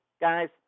guys